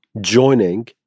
joining